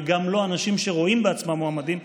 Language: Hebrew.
וגם לא עם אנשים שרואים בעצמם מועמדים,